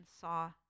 saw